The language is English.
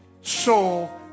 soul